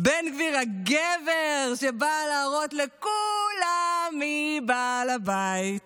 בן גביר הגבר שבא להראות לכולם מי בעל הבית.